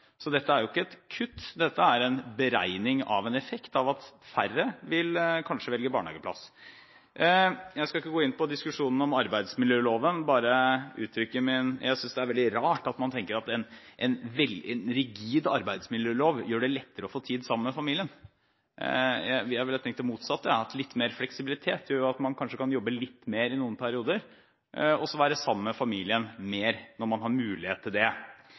Dette er ikke et kutt. Dette er en beregning av en effekt av at færre kanskje vil velge barnehageplass. Jeg skal ikke gå inn på diskusjonen om arbeidsmiljøloven, men jeg synes det er veldig rart at man tenker at en rigid arbeidsmiljølov gjør det lettere å få tid sammen med familien. Jeg ville tenkt det motsatte: Litt mer fleksibilitet gjør at man kanskje kan jobbe litt mer i noen perioder og være mer sammen med familien når man har muligheten til det.